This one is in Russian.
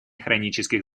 хронических